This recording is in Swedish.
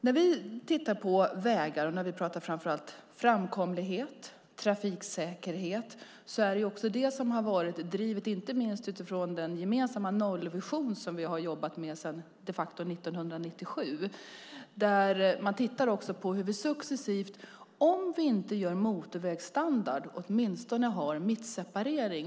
När vi tittar på vägar och pratar framkomlighet och trafiksäkerhet är det detta som har varit drivet, inte minst utifrån den gemensamma nollvision som vi har jobbat med sedan 1997. Vi tittar också på hur vi, om vi inte bygger motorvägsstandard, åtminstone successivt bygger mittseparering.